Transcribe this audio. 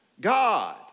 God